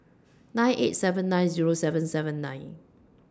nine eight seven nine Zero seven seven nine